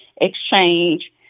exchange